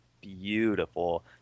beautiful